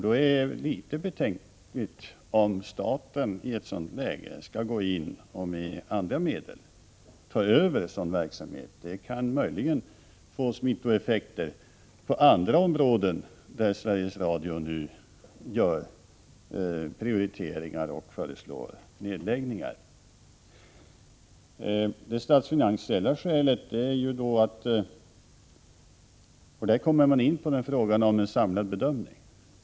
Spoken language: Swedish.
Det är litet betänkligt om staten i ett sådant läge skulle gå in och med andra medel ta över en sådan verksamhet. Det kan möjligen få smittoeffekter på andra områden där Sveriges Radio nu gör prioriteringar och föreslår nedläggningar. När det gäller det statsfinansiella skälet kommer man in på behovet av en samlad bedömning.